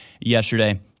yesterday